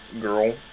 girl